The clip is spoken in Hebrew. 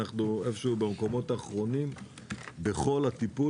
אנחנו במקומות האחרונים בכל הטיפול